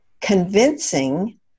convincing